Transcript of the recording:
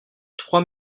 trois